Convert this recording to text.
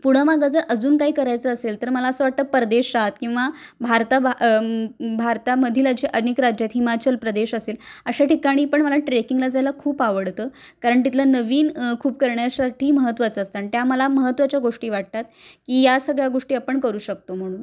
पुढं मागं जर अजून काही करायचं असेल तर मला असं वाटतं परदेशात किंवा भारताभा भारतामधील जे अनेक राज्यं आहेत हिमाचल प्रदेश असेल अशा ठिकाणी पण मला ट्रेकिंगला जायला खूप आवडतं कारण तिथलं नवीन खूप करण्यासाठी महत्त्वाचं असतं आणि त्या मला महत्त्वाच्या गोष्टी वाटतात की या सगळ्या गोष्टी आपण करू शकतो म्हणून